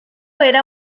era